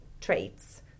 traits